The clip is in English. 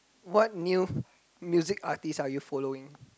what new music artist are you following